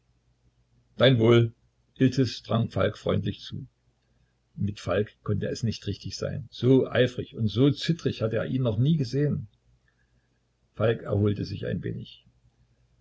dein wohl iltis trank falk freundlich zu mit falk konnte es nicht richtig sein so eifrig und so zittrig hatte er ihn noch nie gesehen falk erholte sich ein wenig